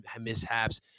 mishaps